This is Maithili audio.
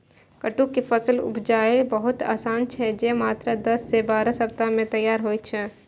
कट्टू के फसल उपजेनाय बहुत आसान छै, जे मात्र दस सं बारह सप्ताह मे तैयार होइ छै